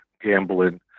gambling